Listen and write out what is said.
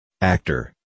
Actor